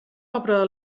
obra